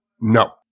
No